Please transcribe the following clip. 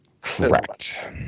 Correct